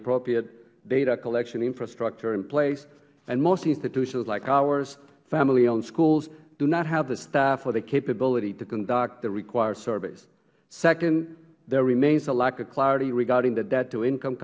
appropriate data collection infrastructure in place and most institutions like ours family owned schools do not have the staff or the capability to conduct the required service second there remains a lack of clarity regarding the debt to income